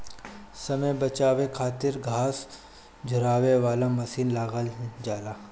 समय बचावे खातिर घास झुरवावे वाला मशीन लगावल जाला